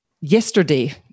yesterday